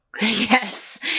Yes